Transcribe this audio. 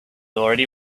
already